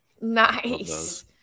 Nice